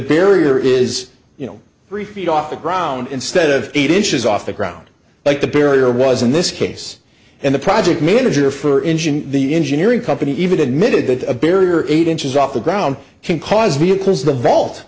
barrier is you know three feet off the ground instead of eight inches off the ground like the barrier was in this case and the project manager for engine the engineering company even admitted that a barrier eight inches off the ground can cause me to close the vault